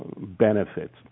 Benefits